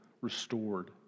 restored